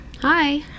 Hi